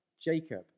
Jacob